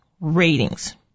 ratings